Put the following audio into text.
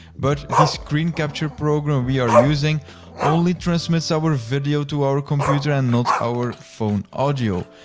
but the screen capture program we are using only transmits our video to our computer and not our phone audio.